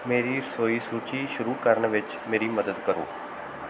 ਮੇਰੀ ਰਸੋਈ ਸੂਚੀ ਸ਼ੁਰੂ ਕਰਨ ਵਿੱਚ ਮੇਰੀ ਮਦਦ ਕਰੋ